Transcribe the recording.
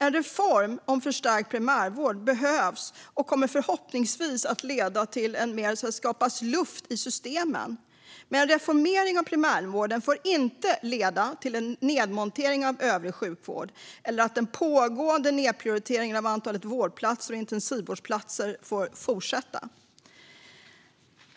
En reform om förstärkt primärvård behövs och kommer förhoppningsvis att leda till att det skapas luft i systemen. Men en reformering av primärvården får inte leda till en nedmontering av övrig sjukvård eller till att den pågående nedprioriteringen av antalet vårdplatser och intensivvårdsplatser får fortsätta.